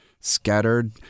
scattered